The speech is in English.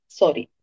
sorry